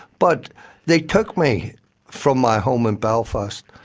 but they took me from my home in belfast,